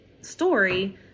story